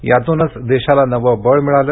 यातूनच देशाला नवं बळ मिळालं